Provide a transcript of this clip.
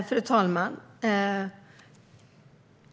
Fru talman!